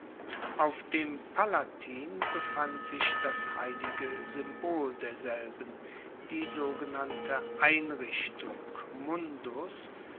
auf dem palatin befand sich das heilige symbol derselben die sogenannte einrichtung